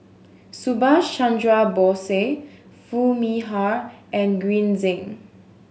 Subhas Chandra Bose Foo Mee Har and Green Zeng